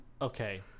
Okay